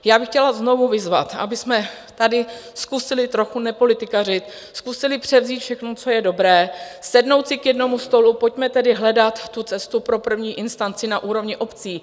Já bych chtěla znovu vyzvat, abychom tady zkusili trochu nepolitikařit, zkusili převzít všechno, co je dobré, sednout si k jednomu stolu, pojďme tedy hledat tu cestu pro první instanci na úrovni obcí.